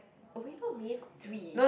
oh we're not main three